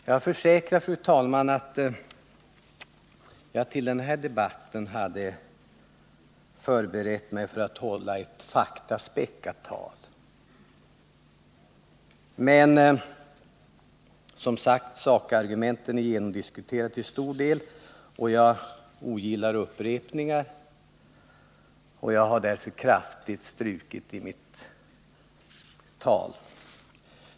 Jag försäkrar, fru talman, att jag till den här debatten hade förberett mig för att hålla ett faktaspäckat tal, men sakargumenten är som sagt till stor del genomdiskuterade, och jag ogillar upprepningar. Jag har därför kraftigt strukit i mitt tal.